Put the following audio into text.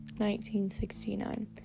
1969